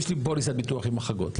יש לי פוליסת ביטוח עם החרגות,